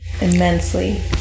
immensely